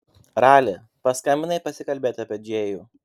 rali paskambinai pasikalbėti apie džėjų